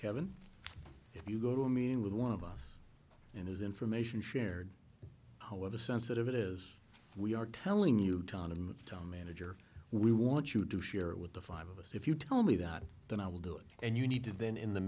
seven if you go to a meeting with one of us and his information shared however sensitive it is we are telling you john of the town manager we want you to share it with the five of us if you tell me that then i will do it and you need to then in the